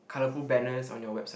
colorful banners on your website